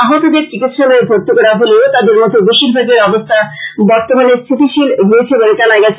আহতদের চিকিৎসালয়ে ভর্তি করা হলেও তাদের মধ্যে বেশীর ভাগের আবস্থা বর্তমানে স্থিতিশীল রয়েছে বলে জানা গেছে